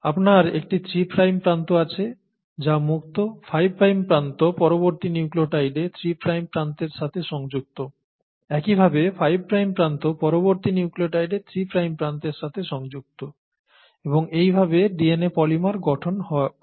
আপনার একটি 3 প্রাইম প্রান্ত আছে যা মুক্ত 5 প্রাইম প্রান্ত পরবর্তী নিউক্লিওটাইডে 3 প্রাইম প্রান্তের সাথে সংযুক্ত একইভাবে 5 প্রাইম প্রান্ত পরবর্তী নিউক্লিওটাইডে 3 প্রাইম প্রান্তের সাথে সংযুক্ত এবং এইভাবে DNA পলিমার গঠন করে